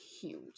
huge